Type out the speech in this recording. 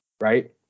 right